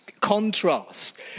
contrast